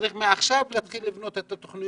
עכשיו צריך לבנות את התוכניות,